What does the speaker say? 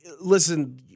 Listen